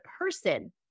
person